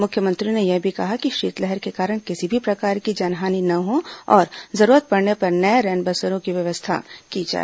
मुख्यमंत्री ने यह भी कहा कि शीतलहर के कारण किसी भी प्रकार की जनहानि न हो और जरूरत पड़ने पर नए रैन बसेरा की व्यवस्था की जाए